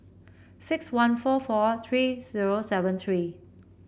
six one four four three zero seven three